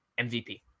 MVP